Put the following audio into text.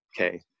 okay